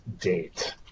date